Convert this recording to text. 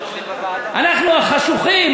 אנחנו החשוכים,